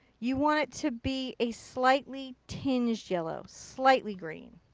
you want to be a slightly tinged yellow. slightly green,